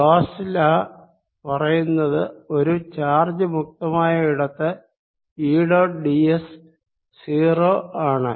Gauss law പറയുന്നത് ഒരു charge മുക്തമായ ഇടത്ത് ഈ ഡോട്ട് d s 0 ആണ്